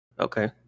okay